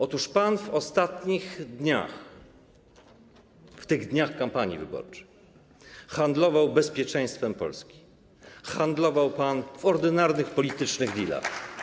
Otóż pan w ostatnich dniach, w dniach kampanii wyborczej, handlował bezpieczeństwem Polski, handlował pan w ordynarnych politycznych dealach.